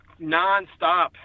nonstop